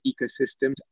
ecosystems